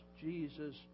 Jesus